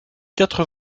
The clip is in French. quatre